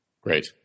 Great